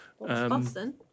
Boston